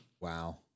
Wow